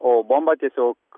o bombą tiesiog